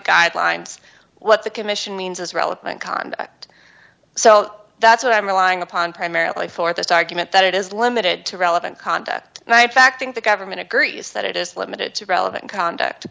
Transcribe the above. guidelines what the commission means is relevant conduct so that's what i'm relying upon primarily for this argument that it is limited to relevant conduct and i in fact think the government agrees that it is limited to relevant conduct